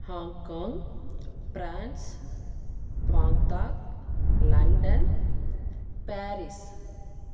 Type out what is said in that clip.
Hong Kong France Baghdad London Paris